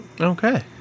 Okay